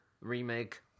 remake